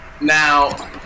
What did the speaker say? Now